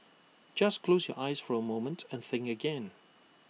just close your eyes for A moment and think again